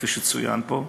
כפי שצוין פה,